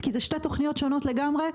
כי אלה שתי תוכניות שונות לגמרי,